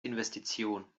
investition